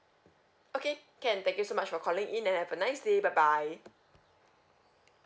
okay can thank you so much for calling in and have a nice day bye bye